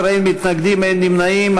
בעד, 18, אין מתנגדים, אין נמנעים.